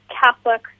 Catholic